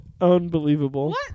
unbelievable